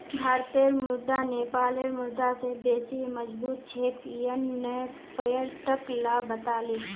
भारतेर मुद्रा नेपालेर मुद्रा स बेसी मजबूत छेक यन न पर्यटक ला बताले